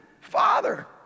father